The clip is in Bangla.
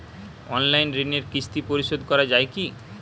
অনলাইন ঋণের কিস্তি পরিশোধ করা যায় কি?